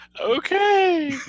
Okay